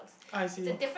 I see